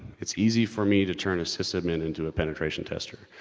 it's easy for me to turn a sysadmin into a penetration tester.